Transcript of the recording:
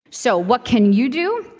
so what can you do?